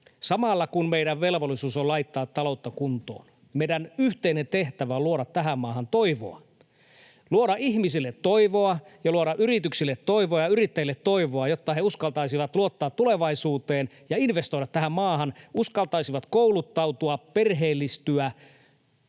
samalla kun meidän velvollisuus on laittaa taloutta kuntoon, meidän yhteinen tehtävä on luoda tähän maahan toivoa, luoda ihmisille toivoa ja luoda yrityksille toivoa ja yrittäjille toivoa, jotta he uskaltaisivat luottaa tulevaisuuteen ja investoida tähän maahan, uskaltaisivat kouluttautua, perheellistyä,